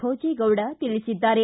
ಭೋಜೇಗೌಡ ತಿಳಿಸಿದ್ದಾರೆ